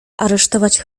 aresztować